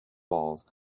balls